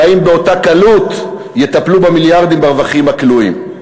והאם באותה קלות יטפלו במיליארדים ברווחים הכלואים?